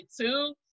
two